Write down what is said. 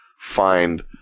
find